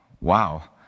wow